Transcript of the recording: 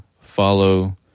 follow